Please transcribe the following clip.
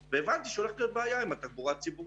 לבדוק שהאירוע באמת קרה במהלך השירות ועקב השירות,